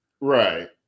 Right